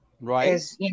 Right